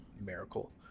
Miracle